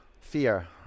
fear